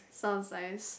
sounds nice